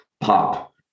pop